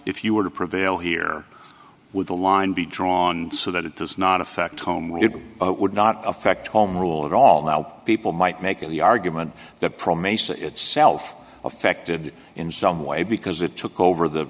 if you were to prevail here with the line be drawn so that it does not affect home we would not affect home rule at all now people might make the argument that pro mesa itself affected in some way because it took over the